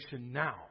now